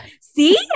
see